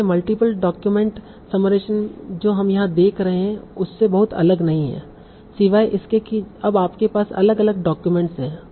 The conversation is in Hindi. इसलिए मल्टीपल डॉक्यूमेंट समराइजेशन जो हम यहां देख रहे हैं उससे बहुत अलग नहीं है सिवाय इसके कि अब आपके पास अलग अलग डाक्यूमेंट्स हैं